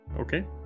Okay